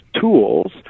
tools